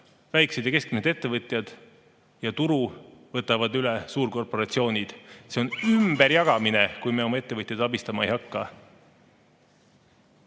väikesed ja keskmised ettevõtjad, ja turu võtavad üle suurkorporatsioonid. See on ümberjagamine, kui me oma ettevõtjaid abistama ei hakka